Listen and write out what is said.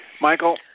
Michael